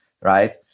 right